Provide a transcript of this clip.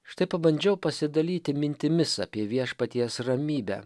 štai pabandžiau pasidalyti mintimis apie viešpaties ramybę